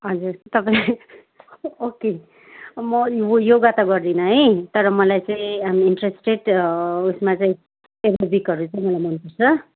हजुर तपाईँले ओके म यो योगा त गर्दिनँ है तर मलाई चाहिँ आइ एम इन्ट्रेस्टेड उइसमा चाहिँ एरोबिकहरू चाहिँ मलाई मनपर्छ